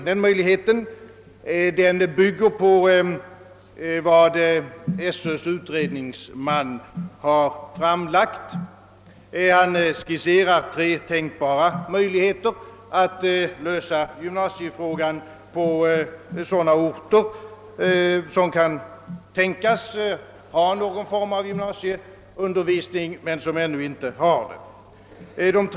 Den bygger på vad skolöverstyrelsens utredningsman har föreslagit. Han anger tre tänkbara möjligheter att lösa gymnasiefrågan på sådana orter, som kan tänkas vilja ha någon form av gymnasieundervisning men som ännu inte har det.